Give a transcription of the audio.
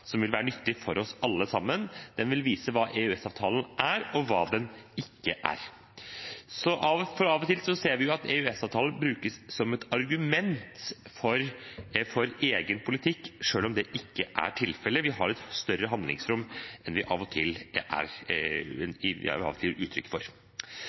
som vil være nyttig for oss alle sammen. Den vil vise hva EØS-avtalen er, og hva den ikke er. Av og til ser vi at EØS-avtalen brukes som et argument for egen politikk, selv om det ikke er tilfelle. Vi har et større handlingsrom enn vi av og til gir uttrykk for. Noen er redd for